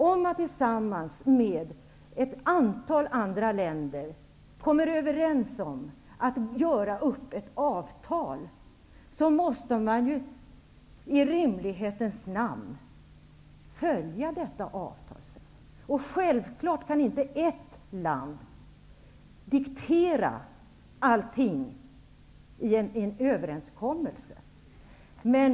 Om man tillsammans med ett antal andra länder kommer överens om att göra upp ett avtal, måste man ju i rimlighetens namn sedan följa detta avtal. Självfallet kan inte ett land diktera allting i en överenskommelse.